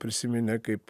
prisiminė kaip